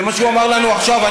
זה מה שהוא אמר לנו עכשיו.